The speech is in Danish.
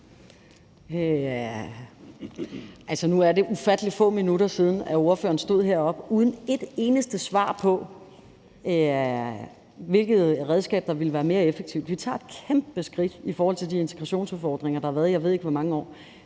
nu er det ufattelig få minutter siden, at ordføreren stod heroppe uden et eneste svar på, hvilket redskab der ville være mere effektivt. Vi tager et kæmpe skridt i forhold til de integrationsudfordringer, der har været i, jeg ved ikke hvor mange år.